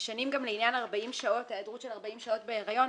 משנים גם לעניין ההיעדרות של 40 שעות בהיריון,